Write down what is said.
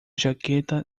jaqueta